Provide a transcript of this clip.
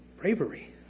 bravery